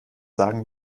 sagen